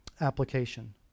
application